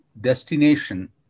destination